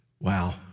wow